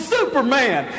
Superman